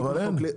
אבל אין.